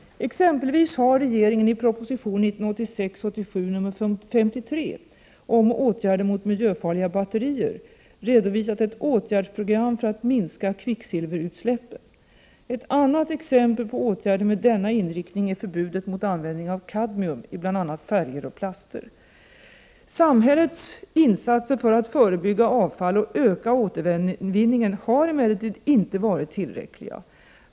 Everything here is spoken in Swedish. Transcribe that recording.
Exempelvis har regeringen i proposition 1986/87:53 om åtgärder mot miljöfarliga batterier redovisat ett åtgärdsprogram för att minska kvicksilverutsläppen. Ett annat exempel på åtgärder med denna inriktning är förbudet mot användning av kadmium i bl.a. färger och plaster. Samhällets insatser för att förebygga avfall och öka återvinningen har emellertid inte varit tillräckliga.